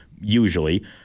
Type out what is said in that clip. usually